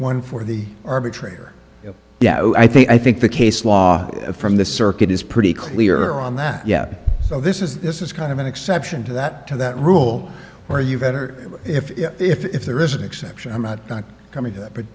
one for the arbitrator yeah i think i think the case law from this circuit is pretty clear on that yet so this is this is kind of an exception to that to that rule where you better if if there is an exception i'm not coming to that